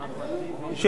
אין.